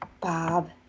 Bob